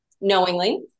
knowingly